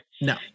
No